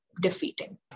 defeating